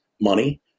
money